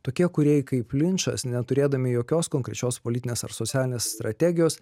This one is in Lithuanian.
tokie kūrėjai kaip linčas neturėdami jokios konkrečios politinės ar socialinės strategijos